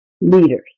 leaders